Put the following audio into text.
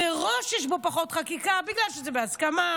מראש יש בו פחות חקיקה בגלל שזה בהסכמה,